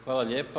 Hvala lijepa.